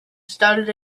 started